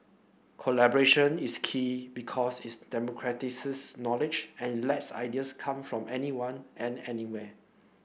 collaboration is key because is democratises knowledge and lets ideas come from anyone and anywhere